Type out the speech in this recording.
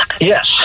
Yes